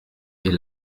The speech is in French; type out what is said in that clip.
est